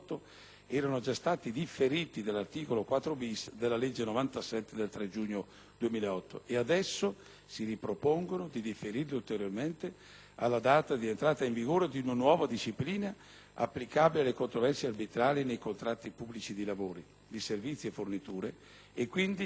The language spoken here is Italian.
e adesso si propone di differirli ulteriormente alla data di entrata in vigore di una nuova disciplina, applicabile alle controversie arbitrali nei contratti pubblici di lavori, di servizi e forniture e, quindi, ad una data di riferimento non certa e non individuabile allo stato dei fatti.